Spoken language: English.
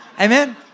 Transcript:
Amen